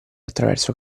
attraverso